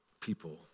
people